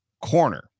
corner